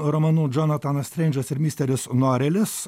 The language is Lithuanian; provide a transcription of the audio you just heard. romanu džonatanas streindžas ir misteris norelis